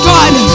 God